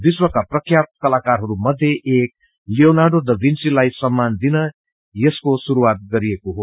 विश्वका प्रख्यशत कलाकाहरू मध्ये एक लियोनार्दो द विन्सी लाई सम्मान दिन यसको शुरूआत भएको हो